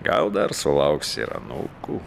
gal dar sulauksi ir anūkų